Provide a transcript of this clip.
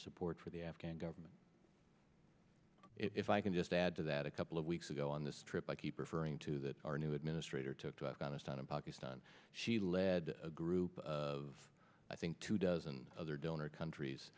support for the afghan government if i can just add to that a couple of weeks ago on this trip i keep referring to that our new administrator took to afghanistan and pakistan she led a group of i think two dozen other donor countries